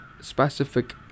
specific